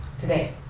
today